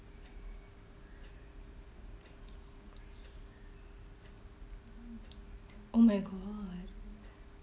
oh my god